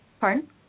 Pardon